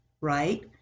right